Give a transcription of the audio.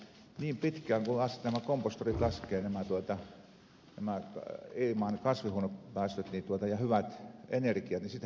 niin pitkään kuin nämä kompostorit laskevat ilmaan nämä kasvihuonepäästöt ja hyvät energiat niin sitähän pitää verottaa